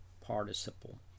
participle